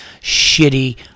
shitty